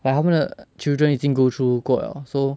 like 他们的 children 已经 go through 过了 so